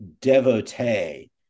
devotee